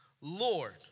Lord